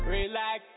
Relax